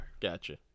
Gotcha